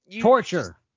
torture